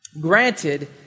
granted